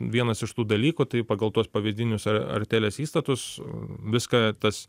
vienas iš tų dalykų tai pagal tuos pavyzdinius ar artelės įstatus viską tas